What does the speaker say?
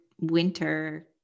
winter